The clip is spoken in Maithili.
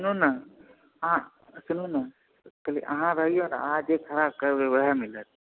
सुनू ने सुनू ने अहाँ आइओ ने अहाँ जे कहबै खाना वएह मिलत